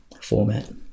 format